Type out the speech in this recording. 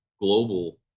global